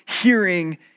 hearing